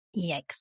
yikes